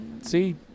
See